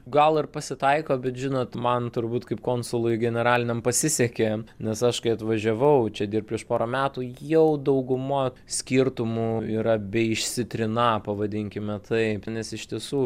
gal ir pasitaiko bet žinot man turbūt kaip konsului generaliniam pasisekė nes aš kai atvažiavau čia dir prieš pora metų jau dauguma skirtumų yra beišsitriną pavadinkime taip nes iš tiesų